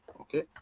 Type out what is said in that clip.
Okay